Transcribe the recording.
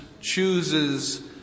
chooses